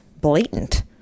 blatant